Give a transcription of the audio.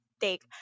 take